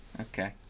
okay